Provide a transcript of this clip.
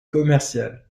commercial